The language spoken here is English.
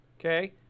Okay